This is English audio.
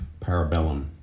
Parabellum